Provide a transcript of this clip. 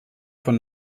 von